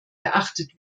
beachtet